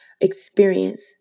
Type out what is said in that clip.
experience